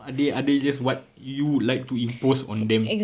are they are they just what you would like to impose on them